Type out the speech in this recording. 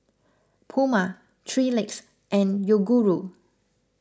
Puma three Legs and Yoguru